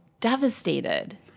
devastated